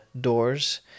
doors